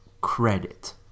credit